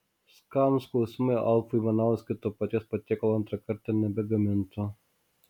skanūs klausimai alfui ivanauskui to paties patiekalo antrą kartą nebegamintų